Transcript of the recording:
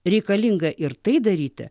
reikalinga ir tai daryti